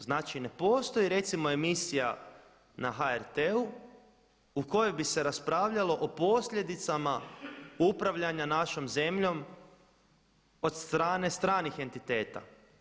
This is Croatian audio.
Znači ne postoji recimo emisija na HRT-u u kojoj bi se raspravljalo o posljedicama upravljanja našom zemljom od strane stranih entiteta.